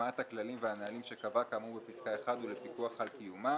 להטמעת הכללים והנהלים שקבע כאמור בפסקה (1) ולפיקוח על קיומם".